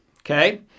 Okay